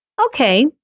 okay